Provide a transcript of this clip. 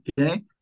Okay